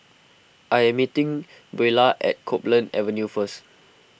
I am meeting Buelah at Copeland Avenue first